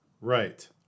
Right